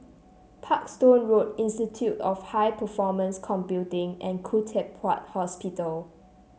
Parkstone Road Institute of High Performance Computing and Khoo Teck Puat Hospital